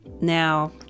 Now